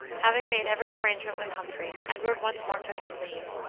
having made every arrangement with humphrey, edward once more took his leave,